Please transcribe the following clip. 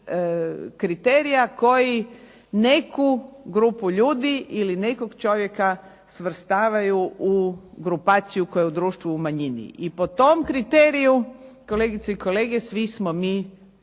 kriterija koju neku grupu ljudi ili nekog čovjeka svrstavaju u grupaciju u kojoj je u društvu u manjini. I po tom kriteriju kolegice i kolege svi smo mi